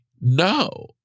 No